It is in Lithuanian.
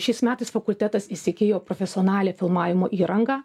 šiais metais fakultetas įsigijo profesionalią filmavimo įrangą